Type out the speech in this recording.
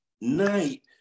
night